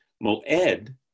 Mo'ed